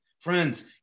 Friends